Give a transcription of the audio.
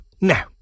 Now